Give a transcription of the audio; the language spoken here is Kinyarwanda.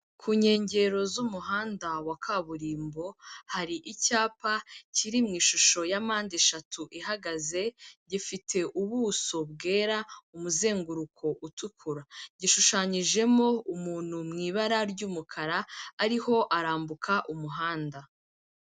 Ku nkengero z'umuhanda wa kaburimbo, hari icyapa kiri mu ishusho ya mpande eshatu ihagaze, gifite ubuso bwera, umuzenguruko utukura. Gishushanyijemo umuntu mu ibara ry'umukara, ariho arambuka umuhanda.